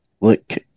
Look